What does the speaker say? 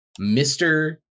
Mr